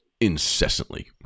incessantly